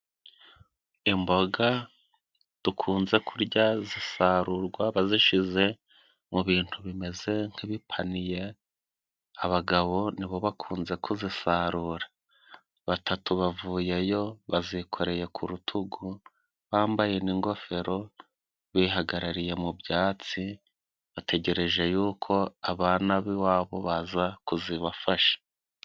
Imboga dukunze kurya zisarurwa bazishize mu bintu bimeze nk'ibipaniye, abagabo nibo bakunze kuzisarura. Batatu bavuyeyo bazikoreye ku rutugu, bambaye n' ingofero, bihagarariye mu byatsi, bategereje yuko abana b'iwabo baza kuzibafasha.